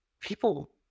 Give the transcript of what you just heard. people